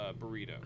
burrito